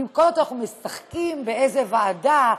במקום זה אנחנו משחקים באיזו ועדה,